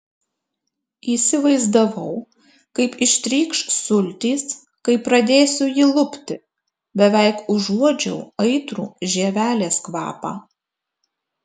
įsivaizdavau kaip ištrykš sultys kai pradėsiu jį lupti beveik užuodžiau aitrų žievelės kvapą